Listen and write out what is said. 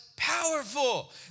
Powerful